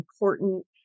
important